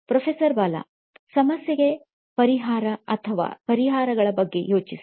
professor Bala ಸಮಸ್ಯೆಗೆ ಪರಿಹಾರ ಅಥವಾ ಪರಿಹಾರಗಳ ಬಗ್ಗೆ ಯೋಚಿಸಿ